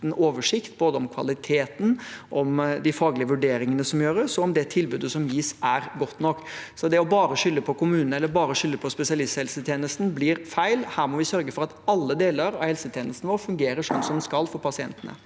i helse- og omsorgstjenestene 2024 de faglige vurderingene som gjøres, og om det tilbudet som gis, er godt nok. Så bare å skylde på kommunene, eller bare å skylde på spesialisthelsetjenesten, blir feil. Her må vi sørge for at alle deler av helsetjenesten vår fungerer slik den skal for pasientene.